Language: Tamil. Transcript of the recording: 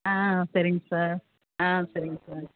ஆ சரிங் சார் ஆ சரிங் சார்